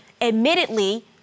admittedly